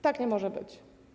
Tak nie może być.